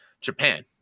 Japan